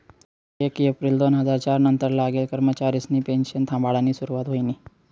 येक येप्रिल दोन हजार च्यार नंतर लागेल कर्मचारिसनी पेनशन थांबाडानी सुरुवात व्हयनी